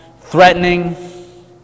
threatening